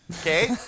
okay